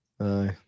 Aye